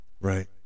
right